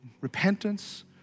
Repentance